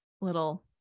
little